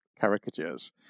caricatures